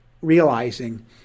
realizing